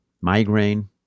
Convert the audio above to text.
migraine